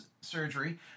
surgery